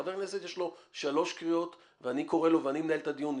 חבר כנסת יש לו שלוש קריאות ואני קורא לו ואני מנהל את הדיון.